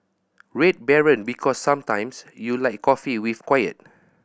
Red Baron Because sometimes you like coffee with quiet